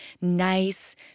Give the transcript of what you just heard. nice